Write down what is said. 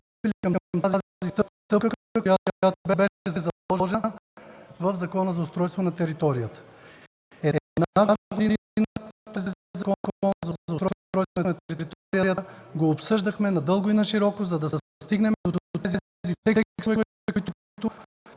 към тази стъпка, която беше заложена в Закона за устройство на територията. Една година този Закон за устройство на територията го обсъждахме надълго и нашироко, за да стигнем до тези текстове, които